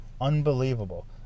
unbelievable